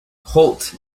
holt